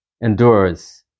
endures